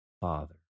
Father